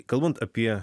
kalbant apie